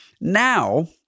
Now